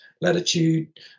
Latitude